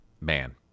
man